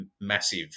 massive